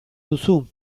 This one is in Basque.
duzu